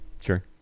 sure